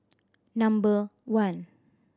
number one